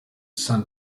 san